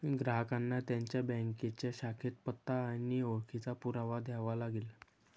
ग्राहकांना त्यांच्या बँकेच्या शाखेत पत्ता आणि ओळखीचा पुरावा द्यावा लागेल